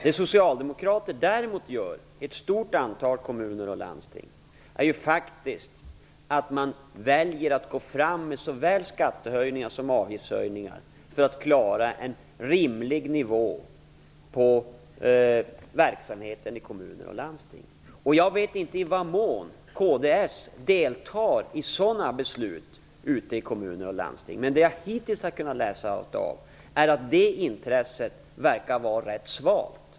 Det socialdemokraterna däremot gör i ett stort antal kommuner och landsting är att man väljer att gå fram med såväl skattehöjningar som avgiftshöjningar för att klara en rimlig nivå på verksamheten. Jag vet inte i vad mån kds deltar i sådana beslut ute i kommuner och landsting. Men det jag hittills har kunnat utläsa är att det intresset verkar vara rätt svalt.